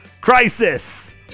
Crisis